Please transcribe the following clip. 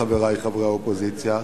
חברי חברי האופוזיציה,